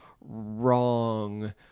wrong